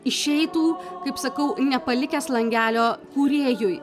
išeitų kaip sakau nepalikęs langelio kūrėjui